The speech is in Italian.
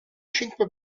cinque